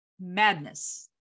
Madness